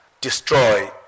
destroy